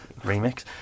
remix